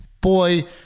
boy